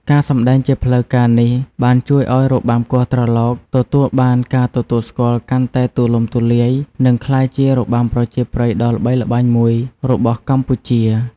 ការសម្តែងជាផ្លូវការនេះ បានជួយឱ្យរបាំគោះត្រឡោកទទួលបានការទទួលស្គាល់កាន់តែទូលំទូលាយ និងក្លាយជារបាំប្រជាប្រិយដ៏ល្បីល្បាញមួយរបស់កម្ពុជា។